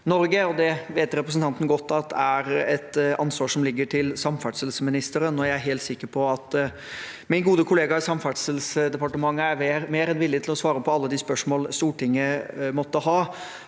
Norge, og det vet representanten godt at er et ansvar som ligger hos samferdselsministeren. Jeg er helt sikker på at min gode kollega i Samferdselsdepartementet er mer enn villig til å svare på alle de spørsmål Stortinget måtte ha,